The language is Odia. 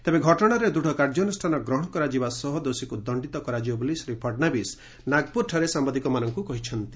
ତେବେ ଘଟଣାରେ ଦୂଢ଼ କାର୍ଯ୍ୟାନୁଷ୍ଠାନ ଗ୍ରହଣ କରାଯିବା ସହ ଦୋଷୀକୁ ଦଣ୍ଡିତ କରାଯିବ ବୋଲି ଶ୍ରୀ ଫଡନାବିସ୍ ନାଗପୁରଠାରେ ସାମ୍ବାଦିକମାନଙ୍କୁ କହିଛନ୍ତି